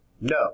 no